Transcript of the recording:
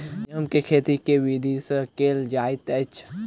गेंहूँ केँ खेती केँ विधि सँ केल जाइत अछि?